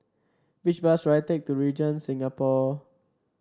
which bus should I take to Regent Singapore